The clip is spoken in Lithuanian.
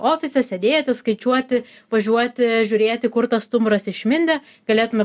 ofise sėdėti skaičiuoti važiuoti žiūrėti kur tas stumbras išmindė galėtume